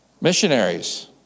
missionaries